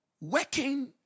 working